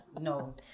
No